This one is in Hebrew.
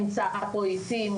שנמצא פה איתי,